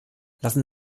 lassen